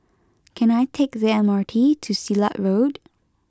can I take the M R T to Silat Road